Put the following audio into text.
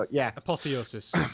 Apotheosis